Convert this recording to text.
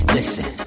Listen